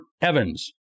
Evans